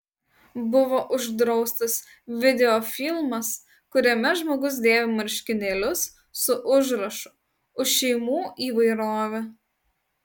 buvo uždraustas videofilmas kuriame žmogus dėvi marškinėlius su užrašu už šeimų įvairovę